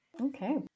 Okay